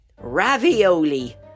Ravioli